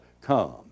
come